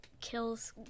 kills